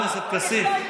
חבר הכנסת כסיף.